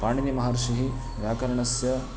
पाणिनिमहर्षिः व्याकरणस्य